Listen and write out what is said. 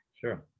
sure